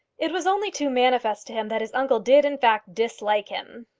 it was only too manifest to him that his uncle did in fact dislike him.